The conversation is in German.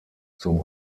zum